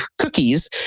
cookies